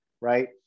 right